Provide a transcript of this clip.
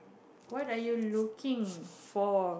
what are you looking for